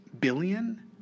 billion